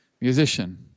musician